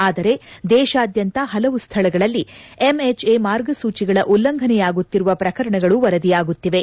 ಆದರೆ ದೇಶಾದ್ಯಂತ ಹಲವು ಸ್ಥಳಗಳಲ್ಲಿ ಎಂಎಚ್ಎ ಮಾರ್ಗಸೂಚಿಗಳ ಉಲ್ಲಂಘನೆಯಾಗುತ್ತಿರುವ ಪ್ರಕರಣಗಳು ವರದಿಯಾಗುತ್ತಿವೆ